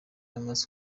amaze